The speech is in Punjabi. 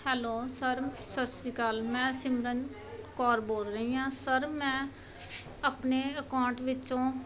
ਹੈਲੋ ਸਰ ਸਤਿ ਸ਼੍ਰੀ ਅਕਾਲ ਮੈਂ ਸਿਮਰਨ ਕੌਰ ਬੋਲ ਰਹੀ ਹਾਂ ਸਰ ਮੈਂ ਆਪਣੇ ਅਕਾਉਂਟ ਵਿੱਚੋਂ